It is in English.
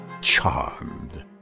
Charmed